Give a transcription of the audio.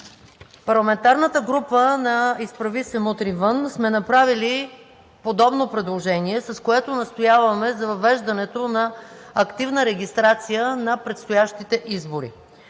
Парламентарната група на „Изправи се! Мутри вън!“ сме направили подобно предложение, с което настояваме за въвеждането на активна регистрация на предстоящите избори.